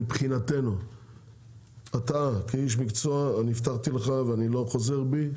מבחינתנו אתה כאיש מקצוע אני הבטחתי לך ואני לא חוזר בי,